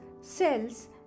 cells